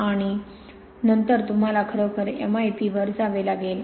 0 नंतर तुम्हाला खरोखर M I P वर जावे लागेल